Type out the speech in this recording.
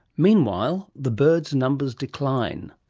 meanwhile the birds' numbers decline.